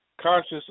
conscious